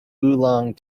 oolong